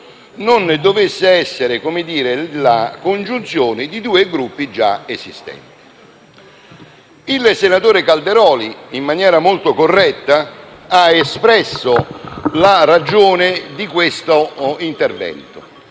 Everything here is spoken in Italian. non dovesse derivare dalla congiunzione di due Gruppi già esistenti. Il senatore Calderoli, in maniera molto corretta, ha espresso la ragione di questo intervento